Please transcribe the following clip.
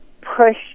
push